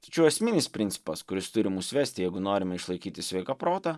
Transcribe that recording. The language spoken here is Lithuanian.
tačiau esminis principas kuris turi mus vesti jeigu norime išlaikyti sveiką protą